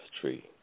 tree